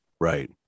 Right